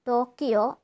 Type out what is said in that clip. Tokyo